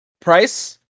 Price